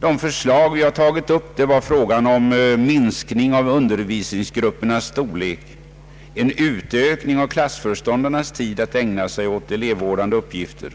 De förslag som har tagits upp gäller frågan om en minskning av undervisningsgruppernas storlek, en utökning av klassföreståndarnas tid att ägna sig åt sina elevvårdande uppgifter,